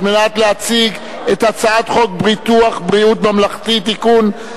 מנת להציג את הצעת חוק ביטוח בריאות ממלכתי (תיקון,